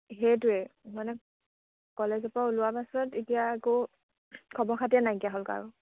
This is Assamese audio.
সেইটোৱে মানে কলেজৰ পৰা ওলোৱাৰ পাছত এতিয়া আকৌ খবৰ খাতিয়ে নাইকিয়া হ'ল কাৰো